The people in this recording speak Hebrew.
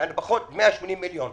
כלומר פחות מ-180 מיליון.